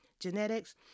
genetics